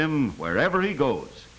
him wherever he goes